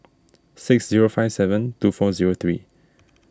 six zero five seven two four zero three